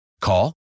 Call